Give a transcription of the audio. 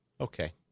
Okay